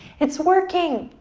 it's working!